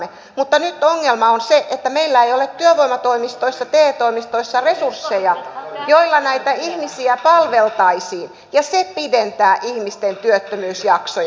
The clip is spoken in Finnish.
mutta nyt ongelma on se että meillä ei ole työvoimatoimistoissa te toimistoissa resursseja joilla näitä ihmisiä palveltaisiin ja se pidentää ihmisten työttömyysjaksoja